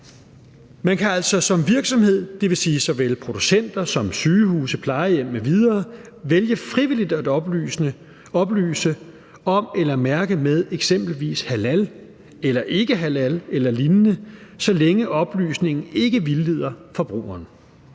Man kan altså som virksomhed, det vil sige såvel producenter som sygehuse, plejehjem m.v., vælge frivilligt at oplyse om eller mærke med eksempelvis halal eller ikkehalal eller lignende, så længe oplysningen ikke vildleder forbrugeren.